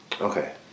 Okay